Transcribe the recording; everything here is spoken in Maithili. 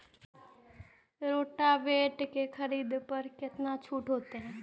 रोटावेटर के खरीद पर केतना छूट होते?